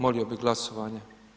Molio bi glasovanje.